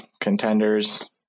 contenders